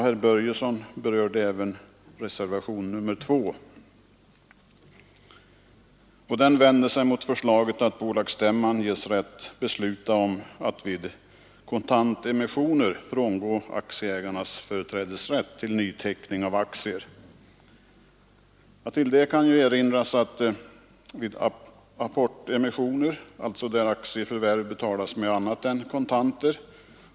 Herr Börjesson i Falköping berörde även reservationen 2, som vänder sig mot förslaget att bolagsstämma skall ges rätt att fatta beslut om avvikelse från aktieägarnas företrädesrätt till nyteckning av aktier vid kontantemission. I det sammanhanget kan erinras att de tidigare aktieägarna inte har företrädesrätt vid apportemissioner, alltså där aktieförvärv betalas med annat än kontanter.